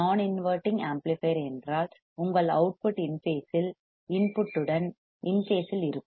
நான் inverting amplifier என்றால் உங்கள் அவுட்புட் இன் பேசில் இன்புட் உடன் இன் பேசில் இருக்கும்